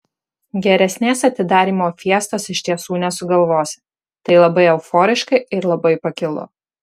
geresnės atidarymo fiestos iš tiesų nesugalvosi tai labai euforiška ir labai pakilu